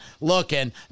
looking